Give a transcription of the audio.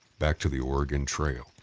back to the oregon trail,